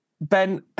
Ben